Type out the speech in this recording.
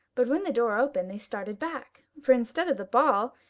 but when the door opened they started back, for, instead of the ball,